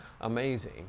amazing